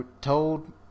told